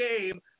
game